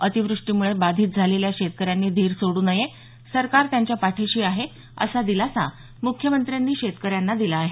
अतिवृष्टीमुळे बाधित झालेल्या शेतकऱ्यांनी धीर सोड्र नये सरकार त्यांच्या पाठीशी आहे असा दिलासा मुख्यमंत्र्यांनी शेतकऱ्यांना दिला आहे